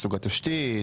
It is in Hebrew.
בסוג התשתית,